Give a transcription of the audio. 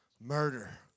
Murder